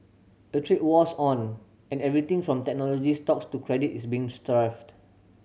a trade war's on and everything from technology stocks to credit is being strafed